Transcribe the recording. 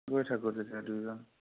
গৈ থাকোঁ তেতিয়া দুয়োজন